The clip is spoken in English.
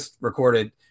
recorded